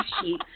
sheet